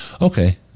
Okay